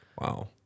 Wow